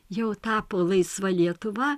jau tapo laisva lietuva